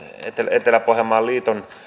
etelä pohjanmaan liitolla